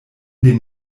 den